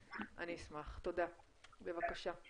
בבקשה.